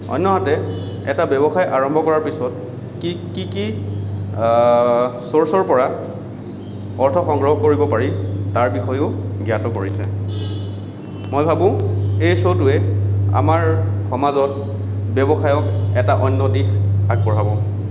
অন্যহাতে এটা ব্যৱসায় আৰম্ভ কৰাৰ পিছত কি কি কি চোৰ্চৰপৰা অৰ্থ সংগ্ৰহ কৰিব পাৰি তাৰ বিষয়েও জ্ঞাত কৰিছে মই ভাবোঁ এই শ্ব'টোৱে আমাৰ সমাজত ব্যৱসায়ক এটা অন্য দিশ আগবঢ়াব